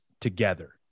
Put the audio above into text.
together